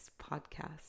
podcast